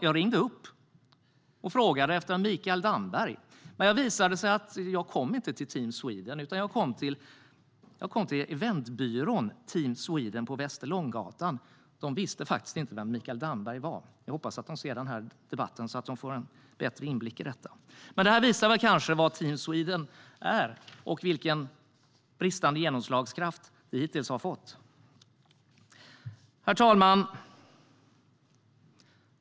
Jag ringde upp och frågade efter Mikael Damberg. Det visade sig då att jag inte kom till Team Sweden utan jag hade kommit till eventbyrån Team Sweden på Västerlånggatan. De visste faktiskt inte vem Mikael Damberg var. Jag hoppas att de tar del av den där debatten så att de får en bättre inblick i detta. Men det här visar kanske vad Team Sweden är och vilken bristande genomslagskraft det hittills har fått. Herr talman!